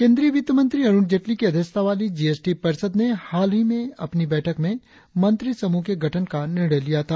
केंद्रीय वित्तमंत्री अरुण जेटली की अध्यक्षता वाली जीएसटी परिषद ने हाल की अपनी बैठक में मंत्रिसमूह के गठन का निर्णय लिया था